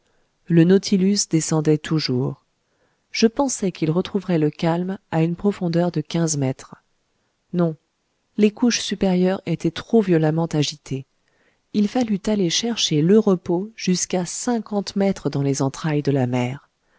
le nautilus descendait toujours je pensais qu'il retrouverait le calme à une profondeur de quinze mètres non les couches supérieures étaient trop violemment agitées il fallut aller chercher le repos jusqu'à cinquante mètres dans les entrailles de la mer